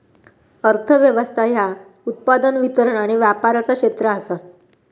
अर्थ व्यवस्था ह्या उत्पादन, वितरण आणि व्यापाराचा क्षेत्र आसा